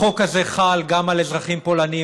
החוק הזה חל גם על אזרחים פולנים,